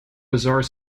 bizarre